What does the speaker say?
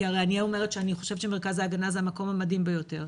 כי אני הרי אומרת שאני חושבת שמרכז ההגנה זה המקום המדהים בעולם,